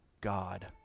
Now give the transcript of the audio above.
God